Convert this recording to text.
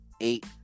eight